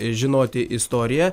žinoti istoriją